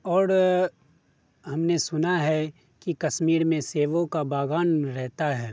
اور ہم نے سنا ہے کہ کشیر میں سیبوں کا باغات رہتا ہے